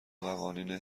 قوانین